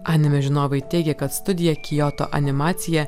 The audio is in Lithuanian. anime žinovai teigia kad studija kioto animacija